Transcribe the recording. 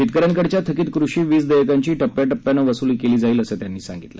शेतकऱ्यांकडच्या थकीत कृषी वीज देयकांची टप्प्याटप्प्यानं वसुली केली जाईल असं त्यांनी सांगितलं